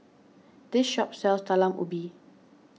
this shop sells Talam Ubi